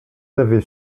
avez